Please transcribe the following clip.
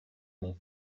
mon